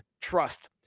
trust